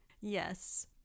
Yes